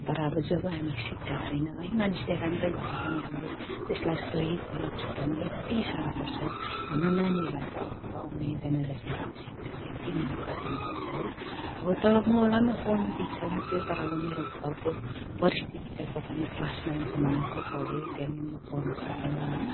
तर अब जब हामी शिक्षा छैन है मानिसले राम्रै भन्दा पनि हामीले त्यसलाई सही गलत छुट्याउनु यति साह्रो पर्छ हाम्रो नानीहरूलाई चाहिँ अबको आउने जेनेरेसनलाई चाहिँ शिक्षा चाहिँ यति महत्त्व दिनुपर्छ है तर मलाम पढ्नु त इच्छा लाग्थ्यो तर अब मेरो अब घरको परिस्थितिले गर्दा म क्लास नाइनसम्म मत्रै पढेँ त्यहाँदेखि म पढ्नु सकिनँ होइन